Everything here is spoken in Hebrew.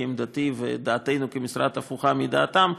כי עמדתי ודעתנו כמשרד הפוכה מדעתם,